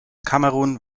kamerun